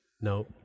No